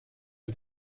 mit